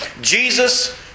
Jesus